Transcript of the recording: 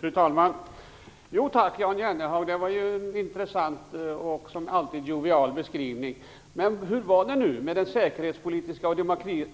Fru talman! Jo tack, Jan Jennehag, det var ju en intressant och som alltid jovial beskrivning. Men hur var det nu med den säkerhetspolitiska och